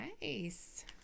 Nice